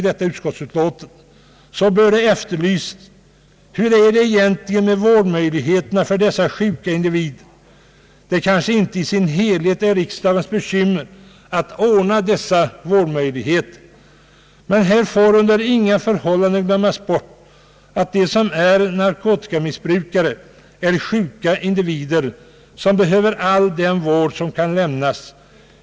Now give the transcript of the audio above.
Det åligger kanske inte riksdagen att ordna dessa vårdmöjligheter. Men vi får under inga förhållanden glömma bort att narkotikamissbrukarna är sjuka individer som behöver all den vård som kan lämnas.